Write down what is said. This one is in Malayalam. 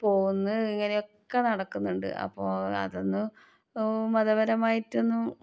പോവുന്നു ഇങ്ങനെയൊക്കെ നടക്കുന്നുണ്ട് അപ്പം അതൊന്ന് മതപരമായിട്ടൊന്ന്